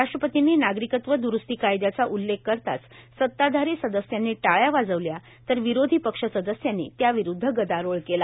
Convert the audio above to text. राष्ट्रपर्तींनी नागरिकत्व द्रुस्ती कायदयाचा उल्लेख करताच सत्ताधारी सदस्यांनी टाळ्या वाजवल्या तर विरोधी पक्ष सदस्यांनी त्याविरुदध गदारोळ केला